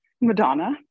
Madonna